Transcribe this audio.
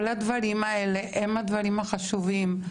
כל הדברים האלה הם הדברים החשובים.